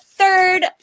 Third